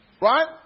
right